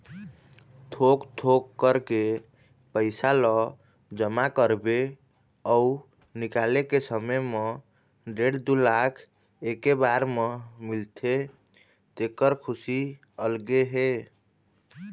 थोक थोक करके पइसा ल जमा करबे अउ निकाले के समे म डेढ़ दू लाख एके बार म मिलथे तेखर खुसी अलगे हे